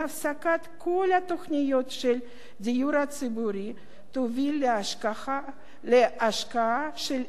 כל התוכניות של הדיור הציבורי יוביל להשקעה של עשרות